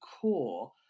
core